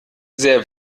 sehr